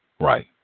right